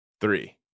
Three